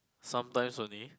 sometimes only